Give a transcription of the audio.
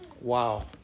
Wow